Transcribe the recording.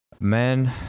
Man